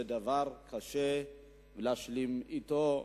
זה דבר שקשה להשלים אתו.